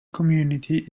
community